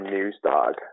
NewsDog